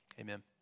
Amen